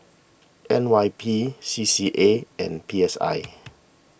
N Y P C C A and P S I